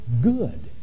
good